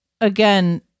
again